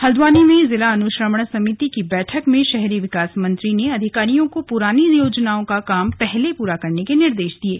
हल्द्वानी में जिला अनुश्रवण समिति की बैठक में शहरी विकास मंत्री ने अधिकारियों को पुरानी योजनाओं का काम पहले पूरा करने के निर्देश दिये